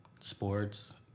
sports